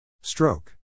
Stroke